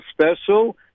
special